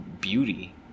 beauty